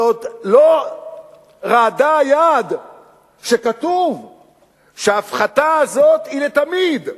ועוד לא רעדה היד כשכתוב שההפחתה הזאת היא לתמיד,